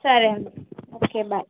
సరే అండి okay bye